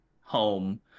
home